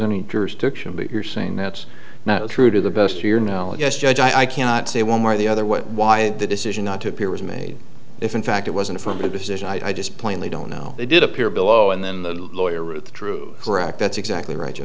any jurisdiction but you're saying that's not true to the best your no yes judge i cannot say one way or the other what why the decision not to appear was made if in fact it was an affirmative decision i just plainly don't know they did appear below and then the lawyer with the truth correct that's exactly right your